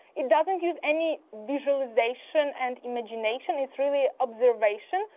it doesn't use any visualization and imagination, it's really observation.